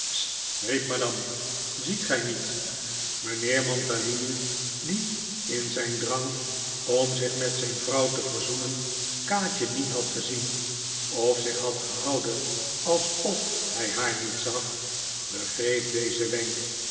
ziet gij niet mijnheer mantalini die in zijn drang om zich met zijn vrouw te verzoenen kaatje niet had gezien of zich had gehouden alsof hij haar niet zag begreep dezen wenk